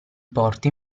porti